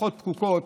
פחות פקוקות,